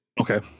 okay